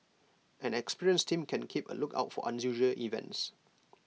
an experienced team can keep A lookout for unusual events